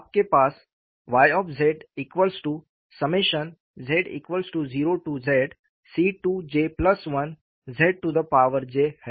आपके पास Yj0jC2j1Z j है